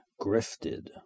grifted